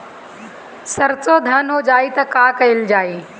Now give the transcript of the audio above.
सरसो धन हो जाई त का कयील जाई?